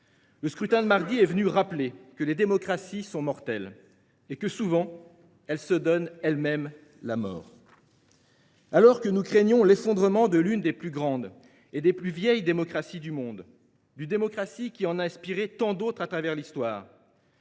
Le scrutin de mardi dernier est venu rappeler que les démocraties sont mortelles et que, souvent, elles se donnent elles mêmes la mort. À l’heure où nous craignons l’effondrement de l’une des plus grandes et plus vieilles démocraties du monde, d’une démocratie qui en a inspiré tant d’autres à travers l’Histoire,